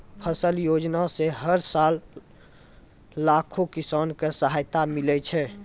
फसल योजना सॅ हर साल लाखों किसान कॅ सहायता मिलै छै